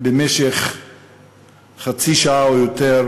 במשך חצי שעה או יותר,